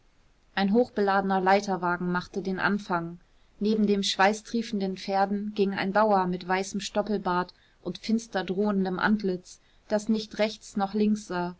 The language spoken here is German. ein hochbeladener leiterwagen machte den anfang neben den schweißtriefenden pferden ging ein bauer mit weißem stoppelbart und finster drohendem antlitz das nicht rechts noch links sah